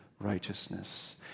righteousness